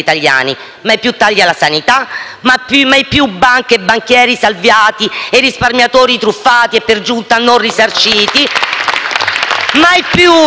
Mai più tagli alla sanità. Mai più banche e banchieri salvati e risparmiatori truffati, e per giunta non risarciti*(Applausi